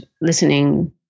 listening